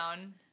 down